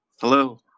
Hello